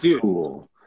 cool